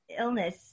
illness